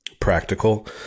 practical